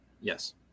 Yes